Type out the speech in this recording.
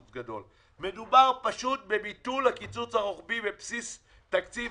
מדובר פשוט בביטול הקיצוץ הרוחבי בבסיס תקציב